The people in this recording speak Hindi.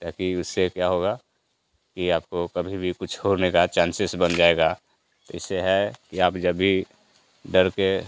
ताकि उससे क्या होगा कि आपको कभी भी कुछ होने का चांसेस बन जाएगा तो इससे है कि आप जब भी डर के